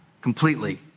completely